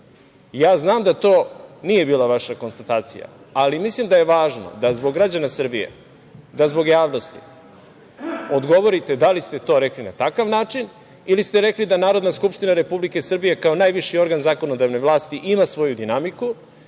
znam da to nije bila vaša konstatacija, ali mislim da je važno da zbog građana Srbije, da zbog javnosti, odgovorite da li ste to rekli na takav način ili ste rekli da Narodna skupština Republike Srbije kao najviši organ zakonodavne vlasti ima svoju dinamiku,